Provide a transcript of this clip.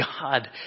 God